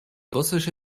russische